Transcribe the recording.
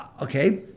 okay